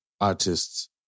artists